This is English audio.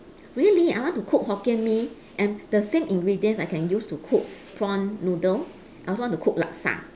really I want to cook hokkien-mee and the same ingredient I can use to cook prawn noodle I also want cook laksa